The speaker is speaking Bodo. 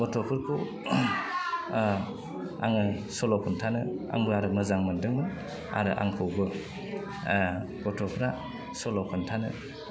गथ'फोरखौ आङो सल' खोन्थानो आंबो आरो मोजां मोनदोंमोन आरो आंखौबो गथ'फ्रा सल' खोन्थानो